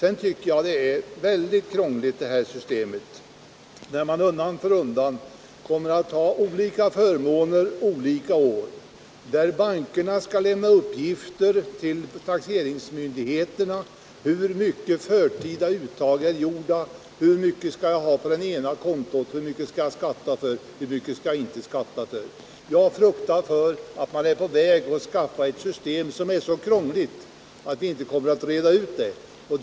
Jag tycker detta system är mycket krångligt, när man undan för undan kommer att ha olika förmåner olika år, eller bankerna skal! lämna uppgifter till taxeringsmyndigheterna om hur mycket förtida uttag som är gjorda, hur mycket man skall ha på det ena kontot och hur mycket man skall skatta för. Jag fruktar att man är på väg att skapa ett system som är så krångligt att vi inte kommer att kunna reda ut det.